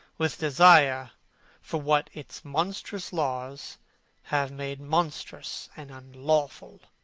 with desire for what its monstrous laws have made monstrous and unlawful.